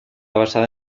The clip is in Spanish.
basada